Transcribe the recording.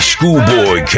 Schoolboy